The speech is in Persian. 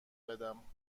بدم